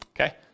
Okay